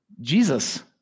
Jesus